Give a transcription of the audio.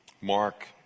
Mark